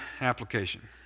application